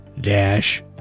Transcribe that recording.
dash